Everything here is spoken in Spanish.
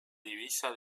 divisa